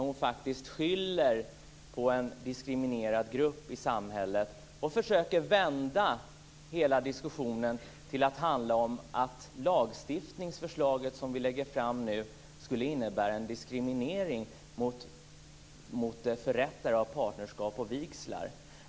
Hon skyller på en diskriminerad grupp i samhället och försöker vända hela diskussionen till att handla om att det lagförslag som vi nu lägger fram skulle innebära en diskriminering av förrättare av partnerskap och vigslar.